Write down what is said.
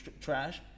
trash